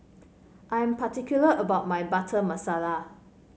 I am particular about my Butter Masala